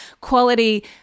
quality